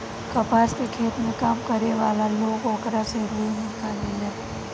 कपास के खेत में काम करे वाला लोग ओकरा से रुई निकालेले